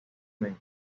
men